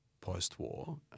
post-war